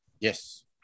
Yes